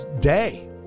day